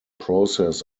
process